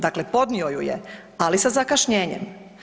Dakle, podnio ju je ali sa zakašnjenjem.